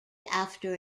after